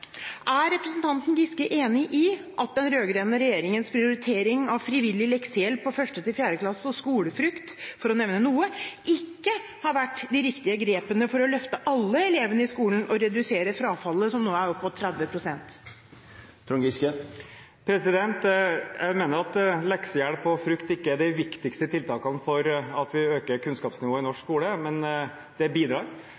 Er representanten Giske enig i at den rød-grønne regjeringens prioritering av frivillig leksehjelp i 1.–4. klasse og skolefrukt – for å nevne noe – ikke har vært de riktige grepene for å løfte alle elevene i skolen og redusere frafallet, som nå er på opp mot 30 pst. Jeg mener at leksehjelp og frukt ikke er de viktigste tiltakene for å øke kunnskapsnivået i norsk